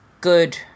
good